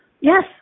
yes